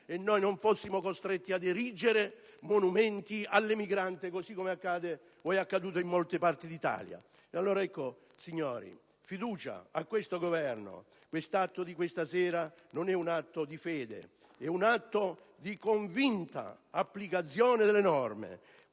da non essere costretti ad erigere monumenti all'emigrante, così come accade o è accaduto in molte parti d'Italia. Allora, signori: fiducia a questo Governo. L'atto di questa sera non è un atto di fede, ma di convinta applicazione delle norme.